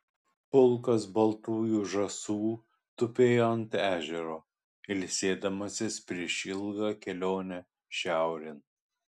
pulkas baltųjų žąsų tupėjo ant ežero ilsėdamasis prieš ilgą kelionę šiaurėn